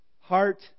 heart